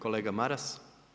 Kolega Maras.